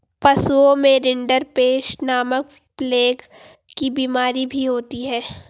पशुओं में रिंडरपेस्ट नामक प्लेग की बिमारी भी होती है